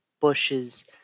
bushes